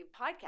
podcast